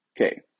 Okay